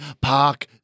Park